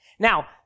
Now